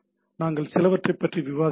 நாங்கள் சிலவற்றைப் பற்றி விவாதிக்கிறோம்